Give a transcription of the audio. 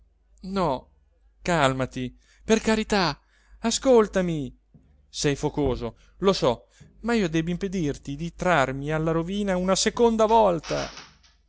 no calmati per carità ascoltami sei focoso lo so ma io debbo impedirti di trarmi alla rovina una seconda volta